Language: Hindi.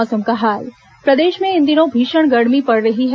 मौसम प्रदेश में इन दिनों भीषण गर्मी पड़ रही है